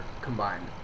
combined